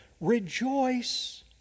Rejoice